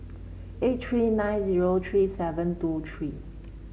eight three nine zero three seven two three